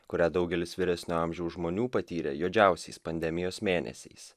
kurią daugelis vyresnio amžiaus žmonių patyrė juodžiausiais pandemijos mėnesiais